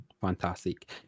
fantastic